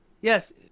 Yes